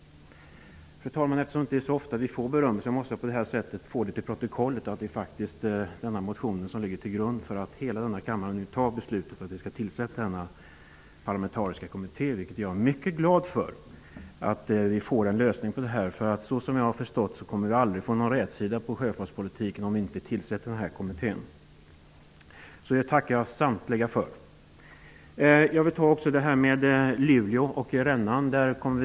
Fru talman! Eftersom det inte är så ofta vi nydemokrater får beröm, måste jag på detta sätt få det fört till protokollet att det faktiskt är vår motion som ligger till grund för att hela kammaren skall fatta beslutet att tillsätta denna parlamentariska kommitté. Jag är mycket glad för att det blir en lösning. Som jag har förstått det hela kommer det aldrig att bli någon rätsida på sjöfartspolitiken om inte denna kommitté tillsätts. Jag tackar samtliga för detta. Fru talman! Jag vill också ta upp frågan om en ny farled i Luleå.